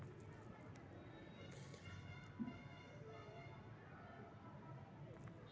अंतरबैंक कर्जा बजार बैंक सभ के लेल बहुते सुविधाजनक हइ